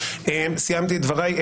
סיימתי את דבריי.